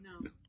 no